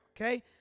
okay